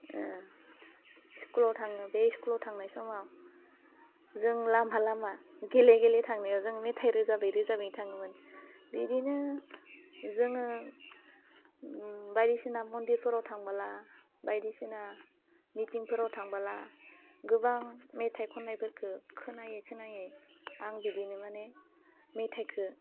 ओह स्कुलाव थाङो बे इस्कुलाव थांनाय समाव जों लामा लामा गेले गेले थांनायाव जों मेथाइ रोजाबै रोजाबै थाङोमोन बिदिनो जोङो उम बायदिसिना मन्दिरफोराव थांबोला बायदिसिना मिटिंफोराव थांबोला गोबां मेथाइ खन्नायफोरखो खोनायै खोनायै आं बिदिनो माने मेथाइखो